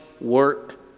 work